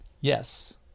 Yes